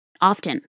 often